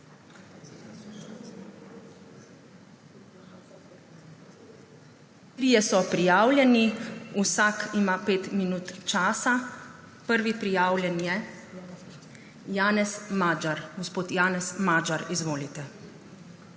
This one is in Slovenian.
Trije so prijavljeni, vsak ima pet minut časa. Prvi prijavljeni je Janez Magyar. Gospod Janez Magyar, izvolite.